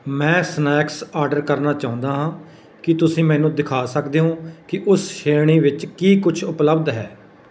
ਮੈਂ snacks order ਕਰਨਾ ਚਾਹੁੰਦਾ ਹਾਂ ਕੀ ਤੁਸੀਂ ਮੈਨੂੰ ਦਿਖਾ ਸਕਦੇ ਹੋ ਕਿ ਉਸ ਸ਼੍ਰੇਣੀ ਵਿੱਚ ਕੀ ਕੁਛ ਉਪਲੱਬਧ ਹੈ